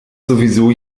sowieso